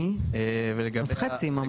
חצי ממש.